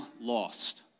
lost